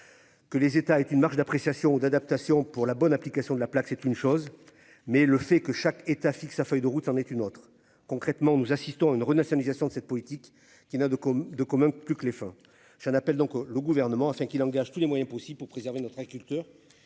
Que les États étaient une marge d'appréciation d'adaptation pour la bonne application de la plaque, c'est une chose mais le fait que chaque État fixe sa feuille de route en est une autre. Concrètement, nous assistons à une renationalisation de cette politique qui n'a de, de quand même plus que les, enfin j'en appelle donc le gouvernement afin qu'il engage tous les moyens possibles pour préserver notre culture